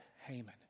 Haman